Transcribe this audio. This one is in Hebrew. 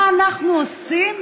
מה אנחנו עושים